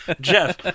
Jeff